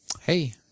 Hey